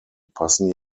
passen